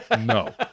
No